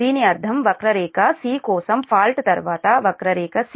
దీని అర్థం వక్రరేఖ C కోసం ఫాల్ట్ తరువాత వక్రరేఖ C